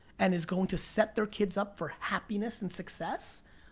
and is going to set their kids up for happiness and success,